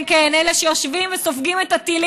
כן, כן, אלה שיושבים וסופגים את הטילים.